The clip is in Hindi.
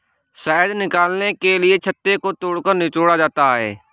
शहद निकालने के लिए छत्ते को तोड़कर निचोड़ा जाता है